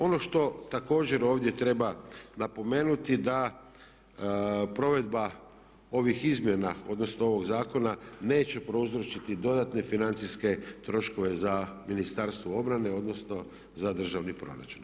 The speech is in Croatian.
Ono što također ovdje treba napomenuti da provedba ovih izmjena, odnosno ovog zakona neće prouzročiti dodatne financijske troškove za Ministarstvo obrane, odnosno za državni proračun.